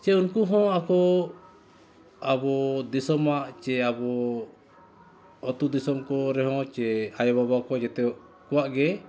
ᱪᱮ ᱩᱱᱠᱩ ᱦᱚᱸ ᱟᱠᱚ ᱟᱵᱚ ᱫᱤᱥᱚᱢᱟᱜ ᱪᱮ ᱟᱵᱚ ᱟᱛᱳ ᱫᱤᱥᱚᱢ ᱠᱚ ᱨᱮᱦᱚᱸ ᱪᱮ ᱟᱭᱳ ᱵᱟᱵᱟ ᱠᱚ ᱡᱚᱛᱚ ᱠᱚᱣᱟᱜ ᱜᱮ